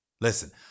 Listen